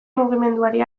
mugimenduari